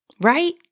right